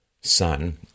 son